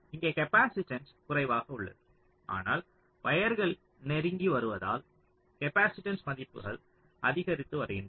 இங்கே கேப்பாசிட்டன்ஸ் குறைவாக உள்ளது ஆனால் வயர்கள் நெருங்கி வருவதால் கேப்பாசிட்டன்ஸ் மதிப்புகள் அதிகரித்து வருகின்றன